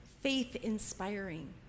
faith-inspiring